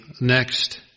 next